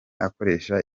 akoresha